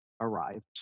arrived